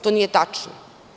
To nije tačno.